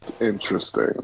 interesting